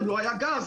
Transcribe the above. גם לא היה גז.